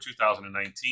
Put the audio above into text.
2019